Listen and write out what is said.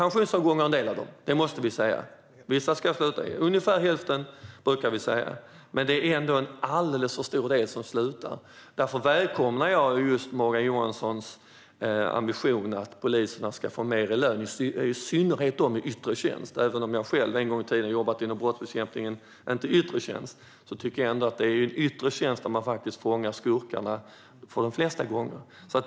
En del av dem var pensionsavgångar, ungefär hälften. Men det är ändå en alldeles för stor del som slutar. Därför välkomnar jag Morgan Johanssons ambition att poliserna ska få högre lön, i synnerhet de i yttre tjänst. Jag jobbade själv en gång i tiden inom brottsbekämpningen, dock inte i yttre tjänst, och jag tycker att det oftast är i yttre tjänst som skurkarna fångas.